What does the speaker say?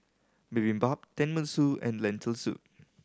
Bibimbap Tenmusu and Lentil Soup